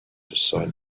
aside